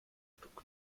stück